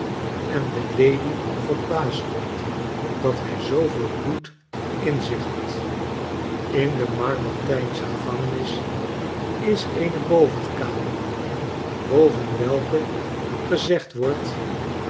en de lady verbaasd stond dat hij zooveel bloed in zich had in de mamertijnsche gevangenisis eene bovenkamer boven welke gezegd wordt